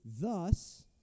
Thus